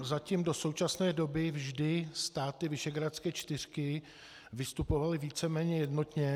Zatím do současné doby vždy státy Visegrádské čtyřky vystupovaly víceméně jednotně.